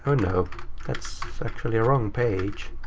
kind of that's actually wrong page.